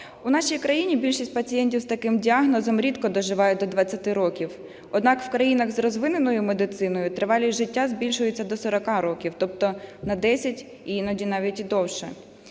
У нашій країні більшість пацієнтів з таким діагнозом рідко доживають до 20 років, однак в країнах з розвиненою медициною тривалість життя збільшується до 40 років, тобто на 10, іноді навіть і довше.